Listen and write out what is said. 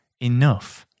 enough